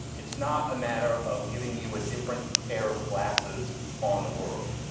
it's not a matter of giving you a different pair of glasses on the world.